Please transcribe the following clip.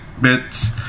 bits